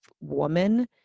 woman